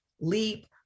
LEAP